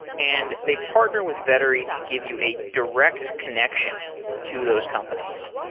and they partner with vettery to give you a direct connection to those companies.